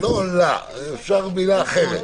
לא "עולה", אפשר מילה אחרת.